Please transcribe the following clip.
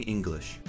English